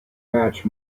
match